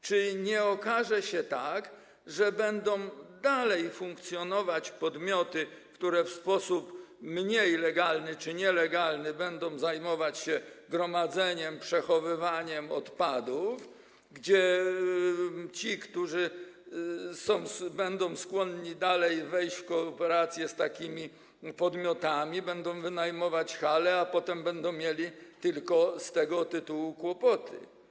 Czy nie okaże się, że dalej będą funkcjonować podmioty, które w sposób mniej legalny czy nielegalny będą zajmować się gromadzeniem, przechowywaniem odpadów, a ci, którzy będą skłonni wejść w kooperację z takimi podmiotami, dalej będą wynajmować hale, a potem będą mieć tylko z tego tytułu kłopoty?